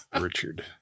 Richard